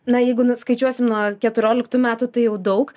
na jeigu nuskaičiuosim nuo keturioliktų metų tai jau daug